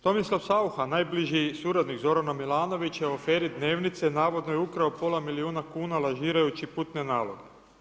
Tomislav Saucha, najbliži suradnik Zorana Milanovića u aferi „Dnevnice“ navodno je ukrao pola milijuna kuna lažirajući putne naloge.